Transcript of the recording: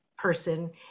person